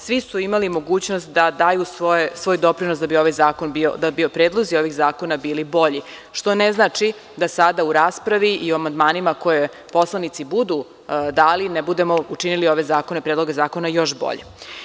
Svi su imali mogućnost da daju svoj doprinos da bi predlozi ovih zakona bili bolji, što ne znači da sada u raspravi i o amandmanima koje poslanici budu dali, ne budemo učinili ove zakone, predloge zakona još boljim.